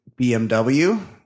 BMW